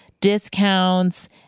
discounts